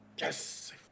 Yes